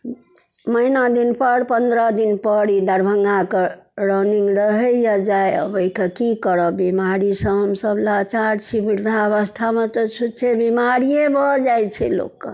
महिना दिन पर पन्द्रह दिन पर ई दरभङ्गा कऽ रनिँग रहैए जाइ अबै कऽ की करब बिमारीसँ हमसभ लाचार छी वृद्धा अबस्थामे तऽ छुछे बिमारिये भऽ जाइत छै लोक कऽ